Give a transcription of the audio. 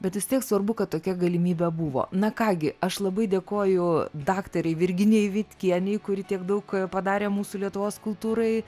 bet vis tiek svarbu kad tokia galimybė buvo na ką gi aš labai dėkoju daktarei virginijai vitkienei kuri tiek daug padarė mūsų lietuvos kultūrai